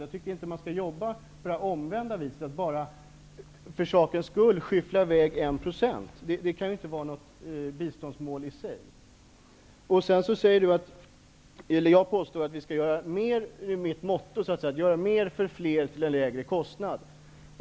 Jag tycker inte att man skall jobba på det omvända sättet, dvs. att bara för sakens skull skyffla i väg 1 %. Det kan inte vara något biståndsmål i sig. Jag påstår att vi har som motto att göra mer för fler till en lägre kostnad.